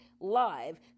live